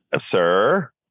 Sir